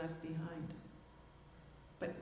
left behind but